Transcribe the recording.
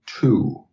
two